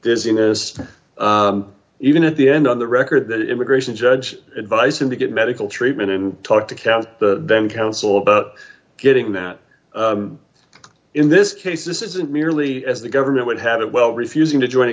dizziness even at the end on the record that immigration judge advise him to get medical treatment and talk to cab then counsel about getting that in this case this isn't nearly as the government would have it well refusing to join a